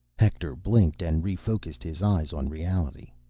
hector blinked and refocused his eyes on reality.